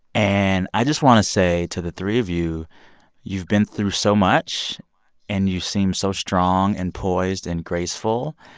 and i just want to say to the three of you you've been through so much and you seem so strong and poised and graceful.